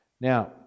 Now